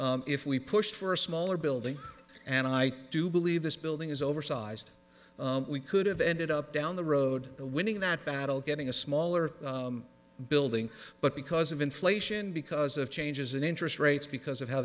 that if we pushed for a smaller building and i do believe this building is oversized we could have ended up down the road to winning that battle getting a smaller building but because of inflation because of changes in interest rates because of how